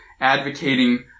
Advocating